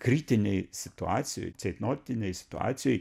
kritinėj situacijoj ceitnotinėj situacijoj